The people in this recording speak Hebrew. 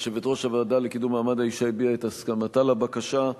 יושבת-ראש הוועדה לקידום מעמד האשה הביעה את הסכמתה לבקשה.